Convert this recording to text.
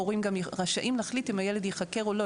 הורים גם רשאים להחליט אם הילד ייחקר או לא.